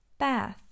Bath